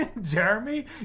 Jeremy